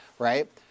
Right